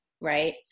Right